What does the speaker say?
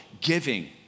giving